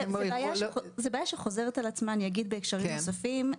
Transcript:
זו בעיה שחוזרת על עצמה בהקשרים נוספים.